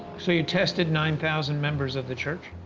so, you tested nine thousand members of the church?